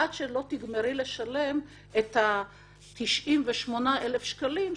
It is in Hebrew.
עד שלא תגמרי לשלם את ה-98,000 שקלים,